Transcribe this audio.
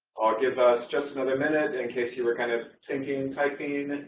i'll give us just another minute in case you were kind of thinking and typing.